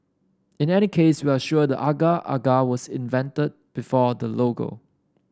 in any case we are sure the agar agar was invented before the logo